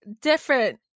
different